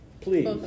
Please